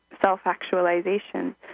self-actualization